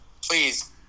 please